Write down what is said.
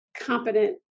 competent